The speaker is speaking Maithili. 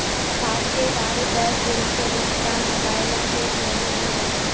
फास्टैग आरु गैस बिलो के भुगतान मोबाइलो से सेहो होय जाय छै